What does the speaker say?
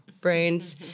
brains